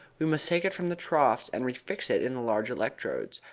we must take it from the troughs and refix it in the large electrodes.